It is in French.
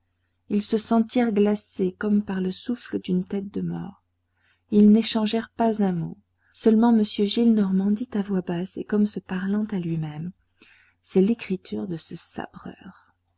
ils se sentirent glacés comme par le souffle d'une tête de mort ils n'échangèrent pas un mot seulement m gillenormand dit à voix basse et comme se parlant à lui-même c'est l'écriture de ce sabreur